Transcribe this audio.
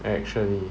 actually